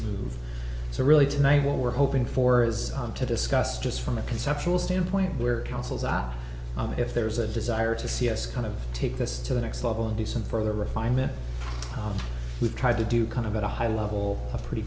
so really tonight what we're hoping for is to discuss just from a conceptual standpoint where councils are if there's a desire to see us kind of take this to the next level and do some further refinement we've tried to do kind of at a high level a pretty